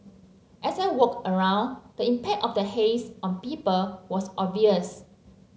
as I walked around the impact of the haze on people was obvious